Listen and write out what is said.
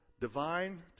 divine